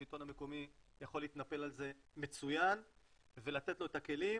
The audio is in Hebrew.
השלטון המקומי יכול להתנפל על זה מצוין ולתת לו את הכלים,